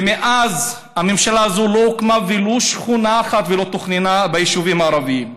ומאז הממשלה הזאת לא הוקמה ולו שכונה אחת ביישובים הערביים,